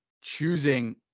choosing